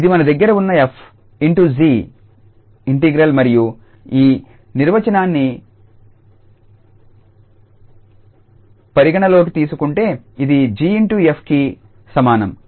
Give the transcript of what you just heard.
ఇది మన దగ్గర ఉన్న 𝑓∗𝑔 ఇంటిగ్రల్ మరియు ఈ నిర్వచనాన్ని పరిగణనలోకి తీసుకుంటే ఇది 𝑔∗𝑓కి సమానం